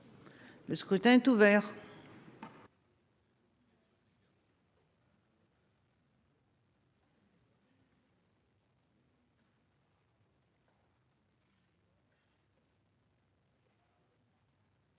Le scrutin est ouvert.